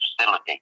facility